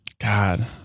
God